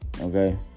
okay